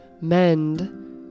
mend